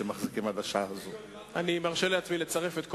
ימי חופשה, דמי הבראה, תוספת ביגוד.